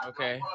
Okay